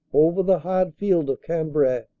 over the hard field of cambrai,